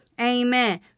Amen